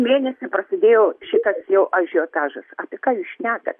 mėnesį prasidėjo šitas jau ažiotažas apie ką jūs šnekat